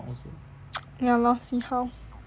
ya lor see how